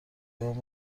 دادن